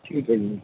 ਠੀਕ ਹੈ ਜੀ